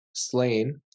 slain